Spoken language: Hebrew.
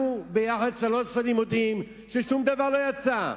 אנחנו ביחד שלוש שנים, מודים ששום דבר לא יצא.